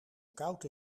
koud